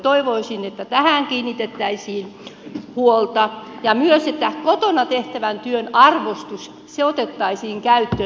toivoisin että tähän kiinnitettäisiin huolta ja myös että kotona tehtävän työn arvostus otettaisiin käyttöön